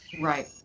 Right